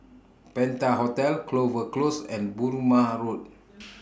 Penta Hotel Clover Close and Burmah Road